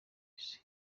isi